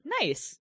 nice